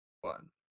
one